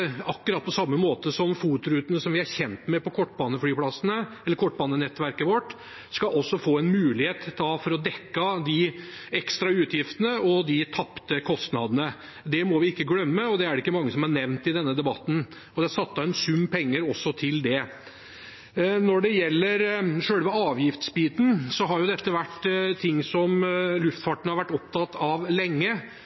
akkurat samme måte som for FOT-rutene, som vi er kjent med på kortbanenettverket vårt – skal være mulig å få dekket de ekstra utgiftene og tapte inntektene. Det må vi ikke glemme, men det er det ikke mange som har nevnt i denne debatten. Det er altså satt av en sum penger til det også. Når det gjelder selve avgiftsdelen, er dette noe som luftfarten har vært opptatt av lenge, og når vi på så